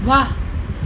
વાહ